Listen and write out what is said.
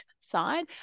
side